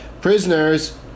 Prisoners